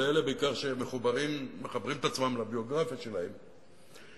או בעיקר לאלה שמחברים את עצמם לביוגרפיה שלהם,